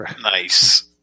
Nice